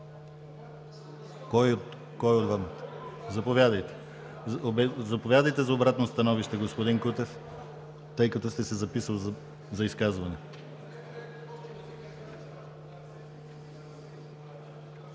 Обратно становище? Заповядайте за обратно становище, господин Кутев, тъй като сте се записал за изказване.